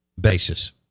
basis